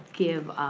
give,